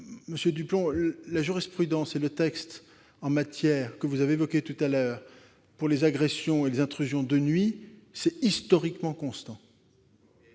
Monsieur Duplomb, la jurisprudence et le texte que vous avez évoqués tout à l'heure pour les agressions et les intrusions de nuit sont constants